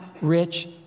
rich